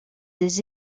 des